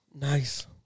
Nice